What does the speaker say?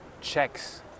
checks